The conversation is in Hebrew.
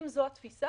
אם זו התפיסה,